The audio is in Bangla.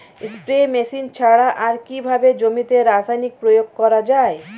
স্প্রে মেশিন ছাড়া আর কিভাবে জমিতে রাসায়নিক প্রয়োগ করা যায়?